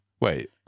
Wait